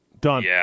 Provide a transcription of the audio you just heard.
Done